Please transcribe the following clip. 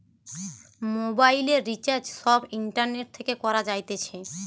মোবাইলের রিচার্জ সব ইন্টারনেট থেকে করা যাইতেছে